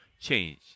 change